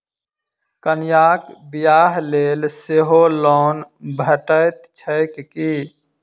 कन्याक बियाह लेल सेहो लोन भेटैत छैक की?